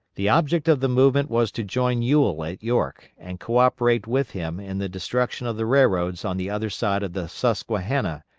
the object of the movement was to join ewell at york, and co-operate with him in the destruction of the railroads on the other side of the susquehanna,